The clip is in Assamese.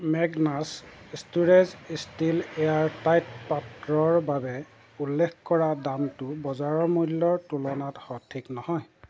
মেগনাছ্ ষ্টোৰেজ ষ্টীল এয়াৰটাইট পাত্ৰৰ বাবে উল্লেখ কৰা দামটো বজাৰ মূল্যৰ তুলনাত সঠিক নহয়